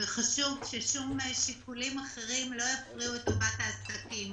וחשוב ששיקולים אחרים לא יפריעו את טובת העסקים.